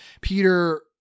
Peter